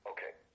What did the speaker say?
Okay